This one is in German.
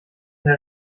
der